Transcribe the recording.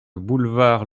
boulevard